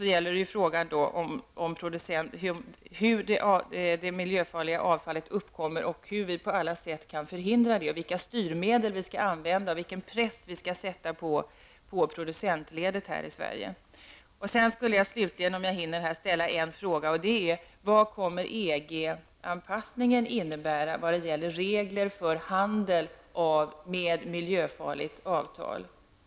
Så kommer jag till frågan om hur det miljöfarliga avfallet uppkommer. Hur kan vi på alla sätt förhindra det, vilka styrmedel skall vi använda och vilken press skall vi sätta på producentledet här i Sverige? Sedan skulle jag slutligen, om jag hinner, vilja ställa en fråga till. Vad kommer EG-anpassningen att innebära i fråga om regler för handel med miljöfarligt avfall?